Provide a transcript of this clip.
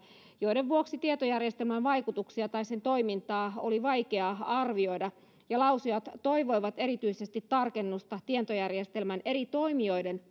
joiden vuoksi tietojärjestelmän vaikutuksia tai sen toimintaa oli vaikea arvioida ja lausujat toivoivat erityisesti tarkennusta tietojärjestelmän eri toimijoiden